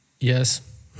Yes